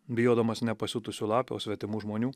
bijodamas ne pasiutusių lapių o svetimų žmonių